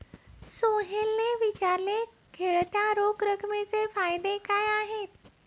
सोहेलने विचारले, खेळत्या रोख रकमेचे फायदे काय आहेत?